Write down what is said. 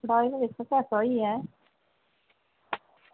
बाद च दिक्ख स्यापा होई गेआ ऐं